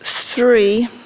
three